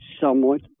somewhat